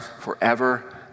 forever